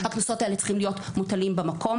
הקנסות האלה צריכים להיות מוטלים במקום.